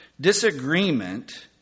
Disagreement